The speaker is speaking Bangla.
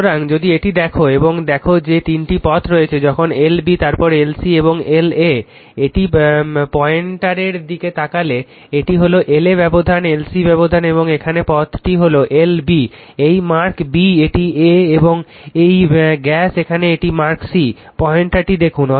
সুতরাং যদি এটি দেখো এবং দেখো যে তিনটি পথ রয়েছে যখন L B তারপর L C এবং এটি L A এটি পয়েন্টারের দিকে তাকালে এটি হল L A ব্যবধান হল L C এবং এখানে এই পথটি হল L B এটি মার্ক B এটি A এবং এই গ্যাস এখানে এটি মার্ক C পয়েন্টারটি দেখুন